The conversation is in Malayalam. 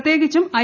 പ്രത്യേകിച്ചും ഐ